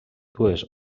dues